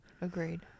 Agreed